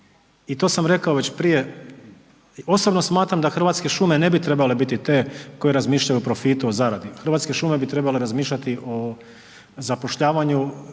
i to sam rekao već prije, osobno smatram da Hrvatske šume ne bi trebale biti te koje razmišljaju o profitu, o zaradi, Hrvatske šume bi trebale razmišljati o zapošljavanju